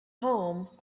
home